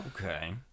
Okay